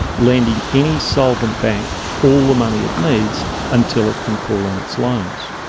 lending any solvent bank all the money it needs until it can call in its loans.